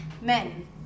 men